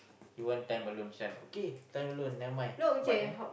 you want time alone friend okay time alone never mind but then